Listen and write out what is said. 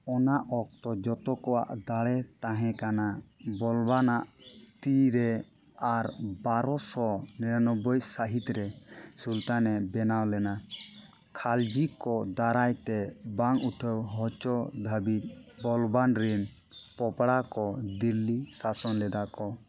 ᱚᱱᱟ ᱚᱠᱛᱚ ᱡᱚᱛᱚᱠᱚᱣᱟᱜ ᱫᱟᱲᱮ ᱛᱟᱦᱮᱸ ᱠᱟᱱᱟ ᱵᱚᱞᱵᱟᱱᱟᱜ ᱛᱤᱨᱮ ᱟᱨ ᱵᱟᱨᱚ ᱥᱚ ᱱᱤᱨᱟᱱᱚᱵᱽᱵᱚᱭ ᱥᱟᱹᱦᱤᱛᱨᱮ ᱥᱩᱞᱛᱟᱱᱮ ᱵᱮᱱᱟᱣ ᱞᱮᱱᱟ ᱠᱷᱚᱞᱡᱤ ᱠᱚ ᱫᱟᱨᱟᱭᱛᱮ ᱵᱟᱝ ᱩᱴᱷᱟᱹᱣ ᱦᱚᱪᱚ ᱫᱷᱟᱹᱵᱤᱡ ᱵᱚᱞᱵᱟᱱ ᱨᱮᱱ ᱯᱚᱯᱲᱟ ᱠᱚ ᱫᱤᱞᱞᱤ ᱥᱟᱥᱚᱱ ᱞᱮᱫᱟ ᱠᱚ